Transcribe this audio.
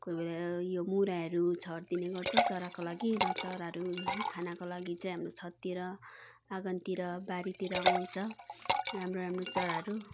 कोही बेला यो मुराइहरू छरिदिने गर्छौँ चराको लागि र चराहरू यही खानको लागि चाहिँ हाम्रो छततिर आँगनतिर बारीतिर आउँछ राम्रो राम्रो चराहरू